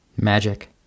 Magic